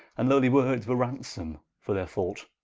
and lowly words were ransome for their fault